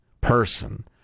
person